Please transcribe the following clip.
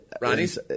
Ronnie's